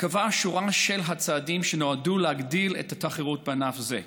קבעה שורה של צעדים שנועדו להגדיל את התחרות בענף זה.